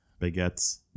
baguettes